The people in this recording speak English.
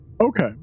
Okay